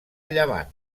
llevant